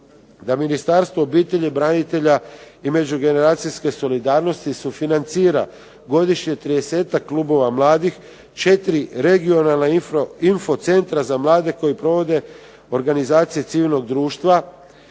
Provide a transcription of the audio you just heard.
da Ministarstvo obitelji, branitelja i međugeneracijske solidarnosti sufinancira godišnje 30-ak klubova mladih, 4 regionalna info centra za mlade koji provode organizacije civilnog društva,